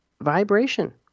vibration